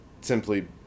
simply